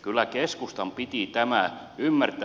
kyllä keskustan piti tämä ymmärtää